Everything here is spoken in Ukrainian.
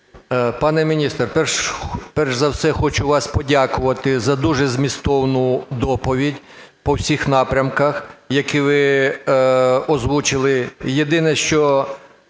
Пане міністре, перш за все хочу вам подякувати за дуже змістовну доповідь по всіх напрямках, які ви озвучили.